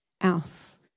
else